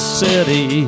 city